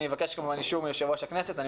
אני אבקש כמובן אישור מיושב ראש הכנסת ואני